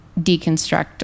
deconstruct